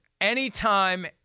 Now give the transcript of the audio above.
anytime